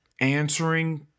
answering